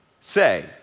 say